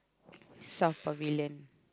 South Pavilion